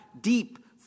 deep